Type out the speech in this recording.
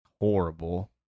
horrible